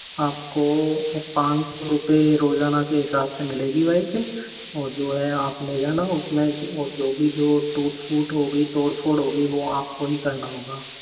आपको पाँच सौ रुपये रोज़ाना के हिसाब से मिलेगी बाइक और जो है आप ले जाना उसमें और जो भी जो टूट फूट होगी तोड़ फोड़ होगी वो आपको ही करना होगा